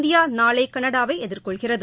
India நாளை கனடாவை எதிர்கொள்கிறது